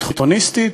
ביטחוניסטית,